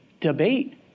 debate